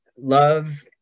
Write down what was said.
love